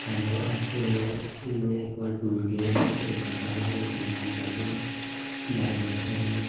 hello अस्स एक्क बारी टूर गे ना कटड़ा दे होटल च कम्म करदे हे यारें दोस्तें कन्नै